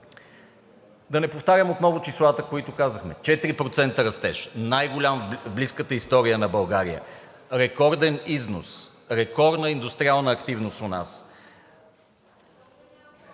Да не повтарям отново числата, които казахме. Четири процента растеж – най-голям в близката история на България. Рекорден износ. Рекордна индустриална активност у нас.